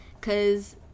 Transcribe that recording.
cause